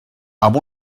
amb